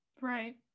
right